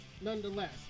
nonetheless